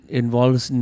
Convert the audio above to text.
involves